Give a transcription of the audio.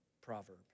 proverb